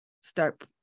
start